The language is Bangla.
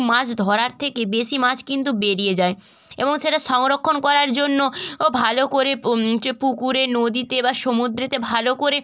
মাছ ধরার থেকে বেশি মাছ কিন্তু বেরিয়ে যায় এবং সেটা সংরক্ষণ করার জন্য ও ভালো করে যে পুকুরে নদীতে বা সমুদ্রেতে ভালো করে